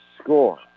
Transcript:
score